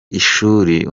ishuri